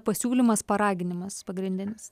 pasiūlymas paraginimas pagrindinis